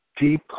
deep